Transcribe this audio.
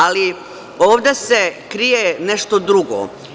Ali, ovde se krije nešto drugo.